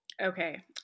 Okay